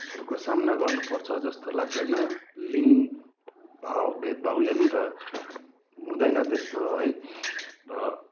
हरूको सामना गर्नुपर्छ जस्तो लाग्दैन लिङ्ग भाव भेदभाव यहाँनिर हुँदैन त्यस्तो है र